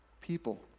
people